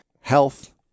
health